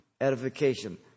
edification